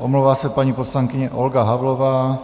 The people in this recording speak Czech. Omlouvá se paní poslankyně Olga Havlová